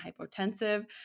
hypotensive